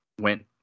went